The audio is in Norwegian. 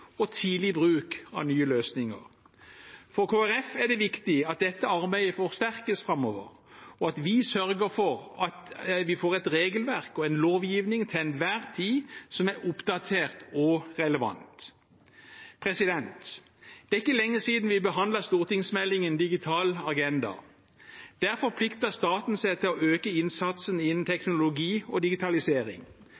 og tidlig bruk av nye løsninger. For Kristelig Folkeparti er det viktig at dette arbeidet forsterkes framover, og at vi sørger for at vi får et regelverk og en lovgivning som til enhver tid er oppdatert og relevant. Det er ikke lenge siden vi behandlet stortingsmeldingen Digital agenda for Norge. Der forpliktet staten seg til å øke innsatsen innen